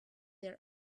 their